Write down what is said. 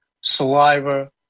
saliva